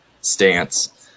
stance